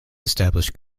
established